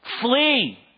Flee